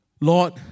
Lord